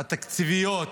התקציביות,